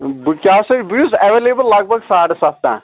بہٕ کیٛاہ چھُس بہٕ چھُس ایویلیبٕل لگ بگ ساڑٕ ستھ تام